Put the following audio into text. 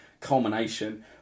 Culmination